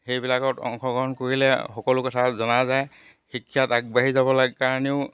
সেইবিলাকত অংশগ্ৰহণ কৰিলে সকলো কথা জনা যায় শিক্ষাত আগবাঢ়ি যাব লাগে কাৰণেও